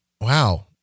wow